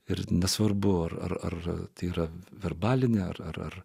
ir nesvarbu ar tai yra verbalinė ar